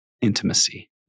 intimacy